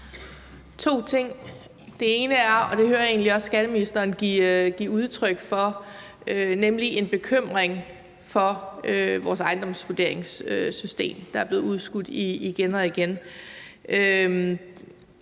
to ting. Det ene er – og det hører jeg egentlig også skatteministeren give udtryk for – en bekymring for vores ejendomsvurderingssystem, der er blevet udskudt igen og igen,